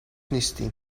نیستیم